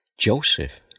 Joseph